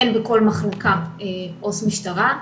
אין בכל מחלקה עו"ס משטרה,